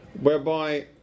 whereby